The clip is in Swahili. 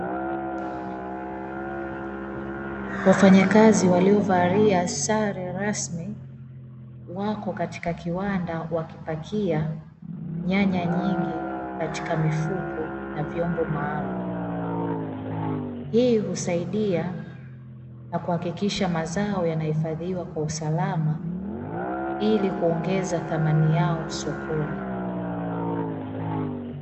Wafanyakazi waliovalia sare rasmi wako katika kiwanda wakipakia nyanya nyingi katika mifuko na vyombo maalumu, hii kusaidia na kuhakikisha mazao yanahifadhiwa kwa usalama ili kuongeza thamani yao sokoni.